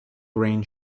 grain